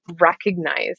recognize